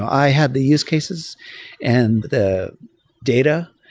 i had the use cases and the data.